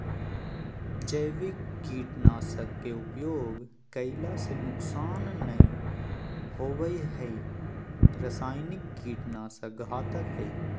जैविक कीट नाशक के उपयोग कैला से नुकसान नै होवई हई रसायनिक कीट नाशक घातक हई